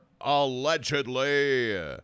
allegedly